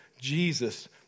Jesus